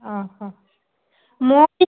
ଓହଃ ମୁଁ ଏଇ